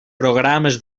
programes